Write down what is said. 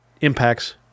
impacts